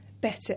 better